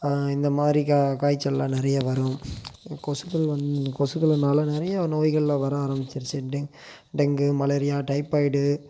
இந்த மாதிரி கா காய்ச்சல்லாம் நிறைய வரும் கொசுக்கள் வந் இந்த கொசுக்கள்னால் நிறைய நோய்கள்லாம் வர ஆரம்பிச்சடுச்சு டெ டெங்கு மலேரியா டைபாய்டு